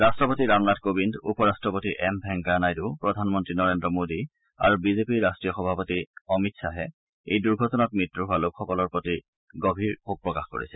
ৰাট্টপতি ৰামনাথ কোবিন্দ উপ ৰাট্টপতি এম ভেংকায়া নাইডু প্ৰধানমন্ত্ৰী নৰেন্দ্ৰ মোদী আৰু বিজেপিৰ ৰাষ্ট্ৰীয় সভাপতি অমিত খাহে এই দুৰ্ঘটনাত মৃত্যু হোৱা লোকসকলৰ প্ৰতি গভীৰ শোক প্ৰকাশ কৰিছে